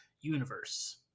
universe